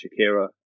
Shakira